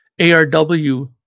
ARW